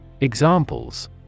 Examples